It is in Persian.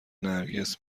نرگس